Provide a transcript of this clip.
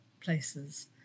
places